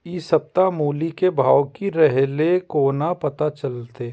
इ सप्ताह मूली के भाव की रहले कोना पता चलते?